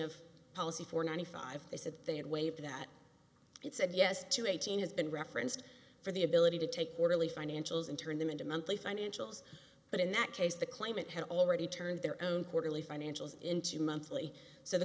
of policy for ninety five they said they had waived that it said yes to eighteen has been referenced for the ability to take orderly financials and turn them into monthly financials but in that case the claimant had already turned their own quarterly financials into monthly so the